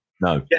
No